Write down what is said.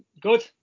good